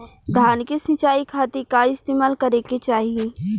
धान के सिंचाई खाती का इस्तेमाल करे के चाही?